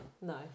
No